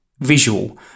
visual